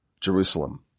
Jerusalem